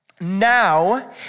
Now